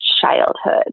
childhood